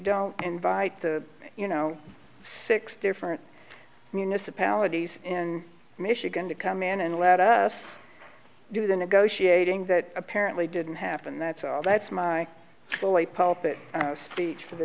don't invite the you know six different municipalities in michigan to come in and let us do the negotiating that apparently didn't happen that's all that's my bully pulpit speech for the